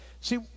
see